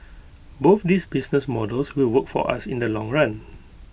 both these business models will work for us in the long run